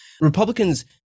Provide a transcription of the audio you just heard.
Republicans